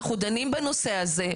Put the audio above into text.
אנחנו דנים בנושא הזה,